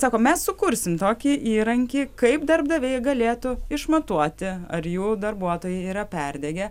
sako mes sukursim tokį įrankį kaip darbdaviai galėtų išmatuoti ar jų darbuotojai yra perdegę